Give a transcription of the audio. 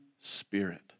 spirit